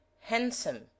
handsome